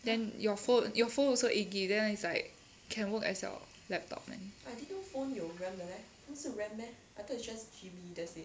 then your phone your phone also eight G_B then is like can work as your laptop man